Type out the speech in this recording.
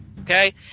Okay